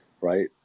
right